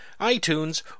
iTunes